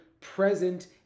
present